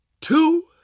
two